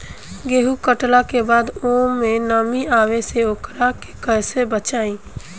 गेंहू कटला के बाद ओमे नमी आवे से ओकरा के कैसे बचाई?